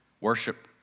worship